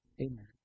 Amen